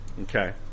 okay